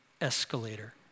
escalator